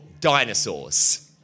dinosaurs